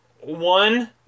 One